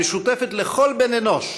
המשותפת לכל בני-אנוש,